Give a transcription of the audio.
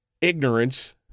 Ignorance